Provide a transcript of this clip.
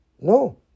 no